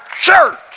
church